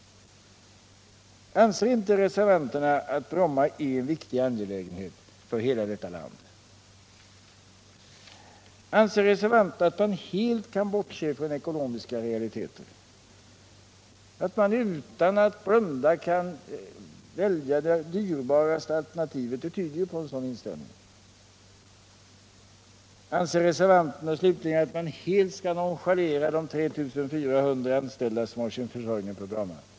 Anser inte reservanterna att Bromma är en viktig angelägenhet för hela detta land? Anser reservanterna att man helt kan bortse från ekonomiska realiteter, att man utan att blunda kan välja det dyrbaraste alternativet? Allt tyder ju på en sådan inställning. Anser reservanterna slutligen att man helt skall nonchalera de 3 400 anställda som har sin försörjning på Bromma?